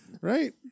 Right